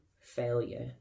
failure